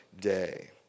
day